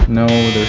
no,